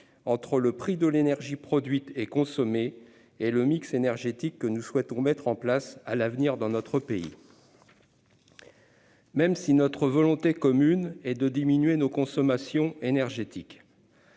entre le prix de l'énergie produite et consommée, d'une part, et le mix énergétique que nous souhaitons mettre en place à l'avenir dans notre pays, d'autre part. Même si notre volonté commune est de diminuer nos consommations énergétiques,